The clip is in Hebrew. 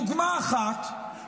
דוגמה אחת,